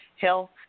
health